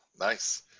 Nice